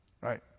Right